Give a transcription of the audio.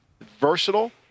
Versatile